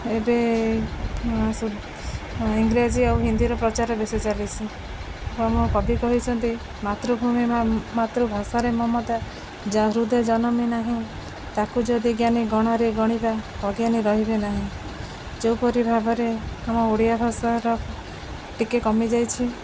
ଏବେ ଇଂରାଜୀ ଆଉ ହିନ୍ଦୀର ପ୍ରଚାର ବେଶୀ ଚାଲିଚି ଆଉ ମୋ କବି କହିଛନ୍ତି ମାତୃଭୂମି ମା ମାତୃଭାଷାରେ ମମତା ଯା ହୃଦେ ଜନମି ନାହିଁ ତାକୁ ଯଦି ଜ୍ଞାନୀ ଗଣରେ ଗଣିବା ଅଜ୍ଞାନୀ ରହିବେ ନାହିଁ ଯୋଉପରି ଭାବରେ ଆମ ଓଡ଼ିଆ ଭାଷାର ଟିକେ କମିଯାଇଛି